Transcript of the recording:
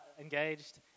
engaged